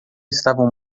estavam